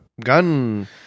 gun